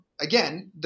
Again